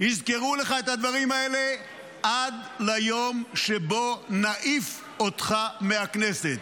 יזכרו לך את הדברים האלה עד ליום שבו נעיף אותך מהכנסת.